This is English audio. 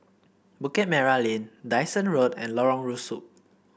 Bukit Merah Lane Dyson Road and Lorong Rusuk